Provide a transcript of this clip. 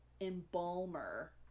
embalmer